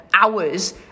hours